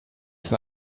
für